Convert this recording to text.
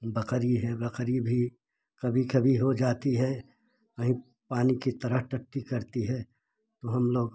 बकरी है बकरी भी कभी कभी हो जाती है कहीं पानी की तरह टट्टी करती है हम लोग